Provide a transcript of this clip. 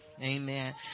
Amen